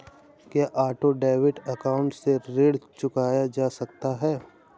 क्या auto debit account से ऋण चुकाया जा सकता है?